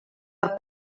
per